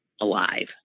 alive